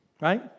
Right